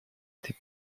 этой